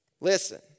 listen